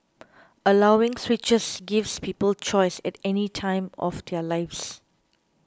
allowing switches gives people choice at any time of their lives